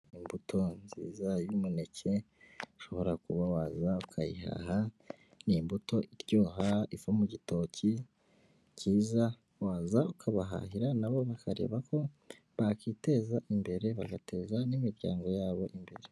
Imbuto nziza y'umuneke ushobora kuba waza ukayihaha ni imbuto iryoha iva mu gitoki cyiza, waza ukabahahira nabo bakareba ko bakiteza imbere bagateza n'imiryango yabo imbere.